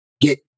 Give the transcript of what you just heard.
get